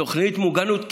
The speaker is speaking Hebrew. תוכנית מוגנות,